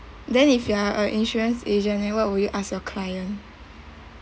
then if you are a insurance agent then what will you ask your client